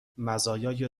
مزایای